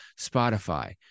Spotify